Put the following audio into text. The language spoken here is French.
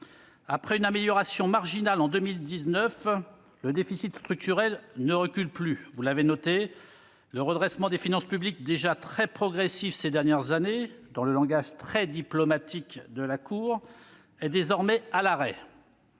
Après une amélioration marginale en 2019, le déficit structurel ne recule plus. Vous l'avez noté, le redressement des finances publiques, « déjà très graduel au cours des dernières années », dans le langage très diplomatique de la Cour, est désormais « à l'arrêt